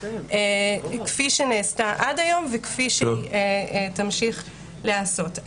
כפי שנעשתה עד היום וכפי שהיא תמשיך להיעשות.